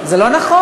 זה לא נכון.